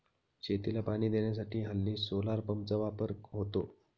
शेतीला पाणी देण्यासाठी हल्ली सोलार पंपचा वापर होतो